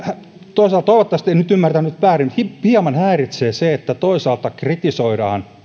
hieman toivottavasti en nyt ymmärtänyt väärin häiritsee se että toisaalta kritisoidaan